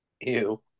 Ew